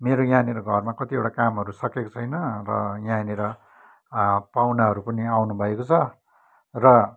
मेरो यहाँनिर घरमा कतिवटा कामहरू सकेको छैन र यहाँनिर पाहुनाहरू पनि आउनु भएको छ र